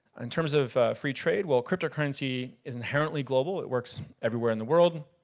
in terms of free trade, well cryptocurrency is inherently global, it works everywhere in the world.